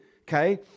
okay